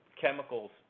chemicals